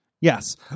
Yes